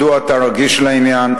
מדוע אתה רגיש לעניין,